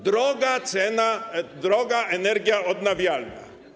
Droga cena, droga energia odnawialna.